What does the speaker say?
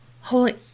Holy